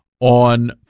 on